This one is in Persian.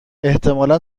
احتمالا